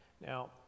Now